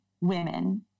women